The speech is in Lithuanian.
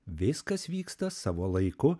viskas vyksta savo laiku